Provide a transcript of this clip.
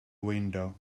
window